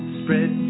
spread